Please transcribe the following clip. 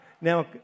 Now